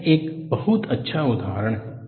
यह एक बहुत अच्छा उदाहरण है